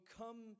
come